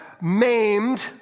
maimed